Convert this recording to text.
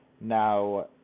now